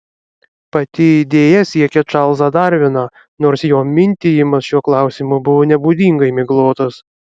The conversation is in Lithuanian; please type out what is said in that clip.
pati idėja siekia čarlzą darviną nors jo mintijimas šiuo klausimu buvo nebūdingai miglotas